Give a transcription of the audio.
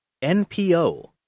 NPO